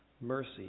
mercy